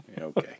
okay